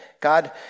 God